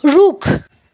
रुख